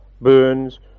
Burns